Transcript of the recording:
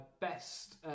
best